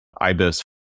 IBIS